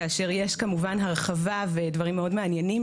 כאשר יש כמובן הרחבה ודברים מאוד מעניינים,